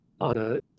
on